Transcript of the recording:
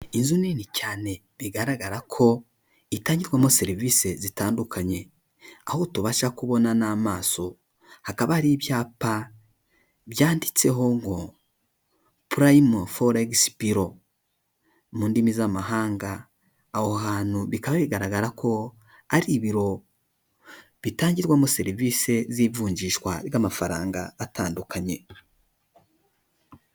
Inzu nini cyane bigaragara ko itangirwamo serivisi zitandukanye, aho tubasha kubona n'amaso hakaba ari ibyapa byanditseho ngo purayimu forekisi biro mu ndimi z'amahanga. Aho hantu bikaba bigaragara ko ari ibiro bitangirwamo serivisi z'ivunjishwa ry'amafaranga atandukanye.